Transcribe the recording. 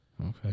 Okay